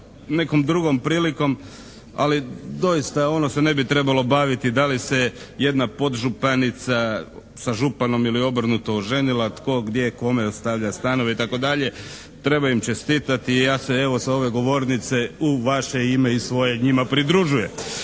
nekom drugom prilikom ali doista ono se ne bi trebalo baviti da li se jedna podžupanijica sa županom ili obrnuto ženila, tko, gdje, kome ostavlja stanove itd. Treba im čestitati. I ja se evo sa ove govornice u vaše ime i svoje njima pridružujem.